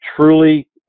truly